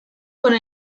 con